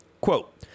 Quote